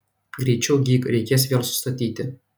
greičiau gyk reikės vėl sustatyti